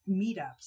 meetups